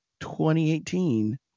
2018